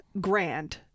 grand